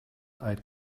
eid